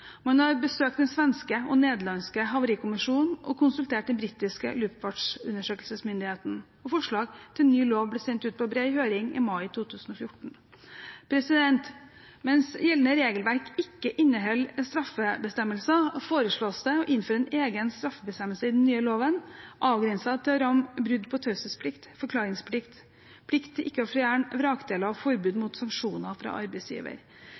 Man har besøkt den svenske og den nederlandske havarikommisjonen og konsultert den britiske luftfartsundersøkelsesmyndigheten. Forslag til ny lov ble sendt ut på bred høring i mai 2014. Mens gjeldende regelverk ikke inneholder straffebestemmelser, foreslås det å innføre en egen straffebestemmelse i den nye loven, avgrenset til å ramme brudd på taushetsplikten, forklaringsplikten, plikten til ikke å fjerne vrakdeler og forbudet mot sanksjoner fra arbeidsgiver.